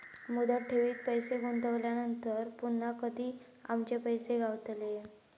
मुदत ठेवीत पैसे गुंतवल्यानंतर पुन्हा कधी आमचे पैसे गावतले?